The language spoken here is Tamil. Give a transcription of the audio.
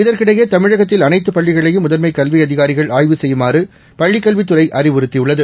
இதற்கிடையே தமிழகத்தில் அளைத்து பள்ளிகளையும் முதன்மை கல்வி அதிகாரிகள் ஆய்வு செய்யுமாறு பள்ளிக்கல்வித்துறை அறிவுறுத்தியுள்ளது